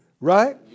Right